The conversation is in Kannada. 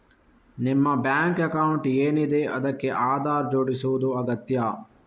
ನಿಮ್ಮ ಬ್ಯಾಂಕ್ ಅಕೌಂಟ್ ಏನಿದೆ ಅದಕ್ಕೆ ಆಧಾರ್ ಜೋಡಿಸುದು ಅಗತ್ಯ